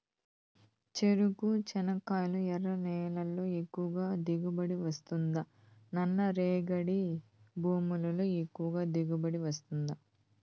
చెరకు, చెనక్కాయలు ఎర్ర నేలల్లో ఎక్కువగా దిగుబడి వస్తుందా నల్ల రేగడి భూముల్లో ఎక్కువగా దిగుబడి వస్తుందా